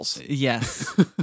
Yes